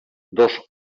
dos